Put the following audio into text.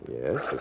Yes